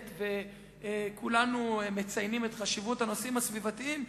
וכולנו מציינים את חשיבות הנושאים הסביבתיים,